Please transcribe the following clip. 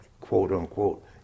quote-unquote